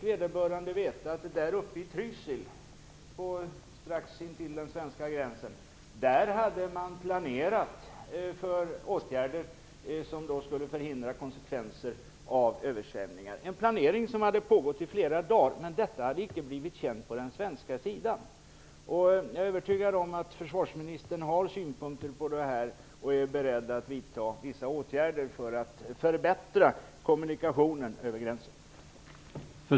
Vederbörande fick då veta att man uppe i Trysil strax intill den svenska gränsen hade planerat för åtgärder som skulle förhindra konsekvenser av översvämningar. Denna planering hade pågått i flera dagar, men det hade icke blivit känt på den svenska sidan. Har försvarsministern synpunkter på detta, och är han beredd att vidta vissa åtgärder för att förbättra kommunikationen över gränsen? Jag är övertygad om det.